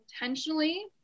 intentionally